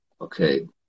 okay